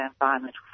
environmental